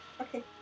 Okay